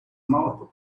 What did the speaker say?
mouth